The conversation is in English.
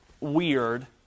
weird